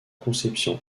conception